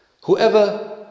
Whoever